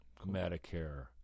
Medicare